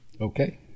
Okay